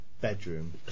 bedroom